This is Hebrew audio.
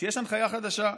יש הנחיה חדשה.